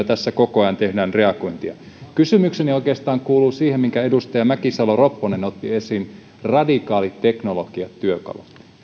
tässä koko ajan tehdään reagointia kysymykseni liittyy oikeastaan siihen minkä edustaja mäkisalo ropponen otti esiin radikaalit teknologiat työkaluun